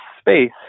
space